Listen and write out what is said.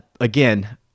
again